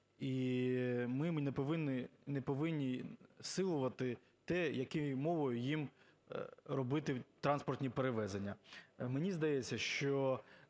І ми не повинні силувати те, якою мовою їм робити транспортні перевезення. Мені здається, що